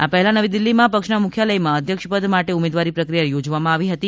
આ પહેલા નવી દિલ્ફીમાં પક્ષના મુખ્યાલયમાં અધ્યક્ષ પદ માટે ઉમેદવારી પ્રક્રિયા યોજવામાં આવી હતી